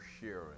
sharing